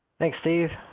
thanks steve.